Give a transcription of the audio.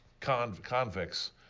convicts